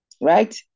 right